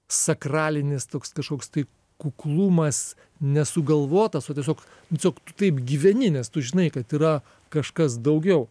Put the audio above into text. sakralinis toks kažkoks tai kuklumas nesugalvotas o tiesiog tiesiog tu taip gyveni nes tu žinai kad yra kažkas daugiau